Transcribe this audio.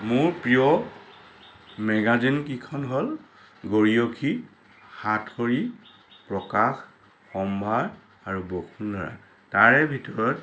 মোৰ প্ৰিয় মেগাজিন কেইখন হ'ল গৰিয়সী সাতসৰী প্ৰকাশ সম্ভাৰ আৰু বসুন্ধৰা তাৰে ভিতৰত